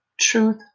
Truth